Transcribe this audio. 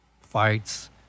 fights